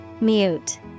Mute